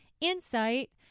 insight